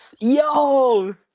Yo